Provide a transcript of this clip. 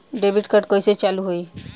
Debit card कइसे चालू होई?